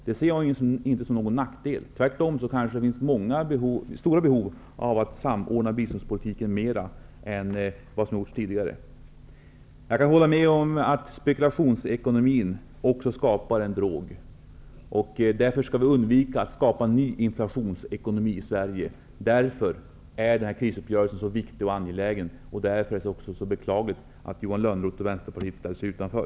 Jag ser det inte som någon nackdel -- tvärtom kan det finnas behov att samordna biståndspolitiken mer än vad som gjorts tidigare. Jag kan hålla med om att spekulationsekonomin också skapar en drog. Därför skall vi undvika att skapa ny inflationsekonomi i Sverige. Därför är krisuppgörelsen så viktig och angelägen, och därför är det beklagligt att Johan Lönnroth och Vänsterpartiet ställer sig utanför.